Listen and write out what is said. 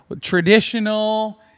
traditional